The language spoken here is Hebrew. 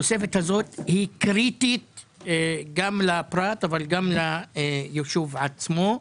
התוספת הזאת קריטית גם לפרט אבל גם ליישוב עצמו.